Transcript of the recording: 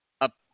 up